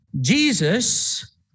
Jesus